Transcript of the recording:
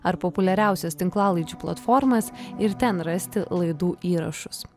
ar populiariausias tinklalaidžių platformas ir ten rasti laidų įrašus